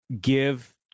give